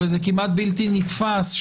הרי זה כמעט בלתי נתפס,